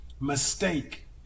Mistake